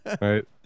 right